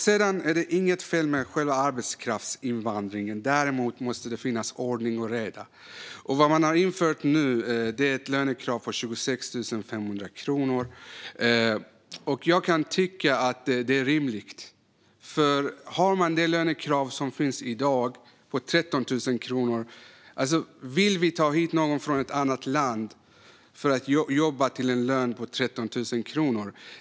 Det är inget fel med själva arbetskraftsinvandringen, men däremot måste det vara ordning och reda. Vad man har infört nu är ett lönekrav på 26 500 kronor, och jag kan tycka att det är rimligt. Det lönekrav som finns i dag är på 13 000 kronor. Vill vi ta hit någon från ett annat land för att jobba för en lön på 13 000 kronor?